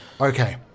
Okay